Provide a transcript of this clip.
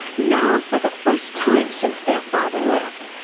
now for the first time since their father left,